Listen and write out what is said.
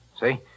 See